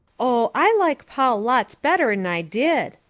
oh, i like paul lots better'n i did,